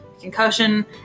concussion